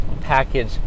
package